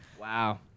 wow